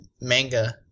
manga